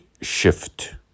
shift